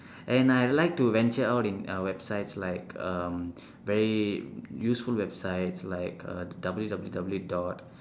and I like to venture out in uh websites like um very useful websites like uh W W W dot